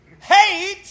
hate